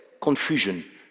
confusion